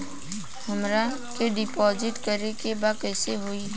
हमरा के डिपाजिट करे के बा कईसे होई?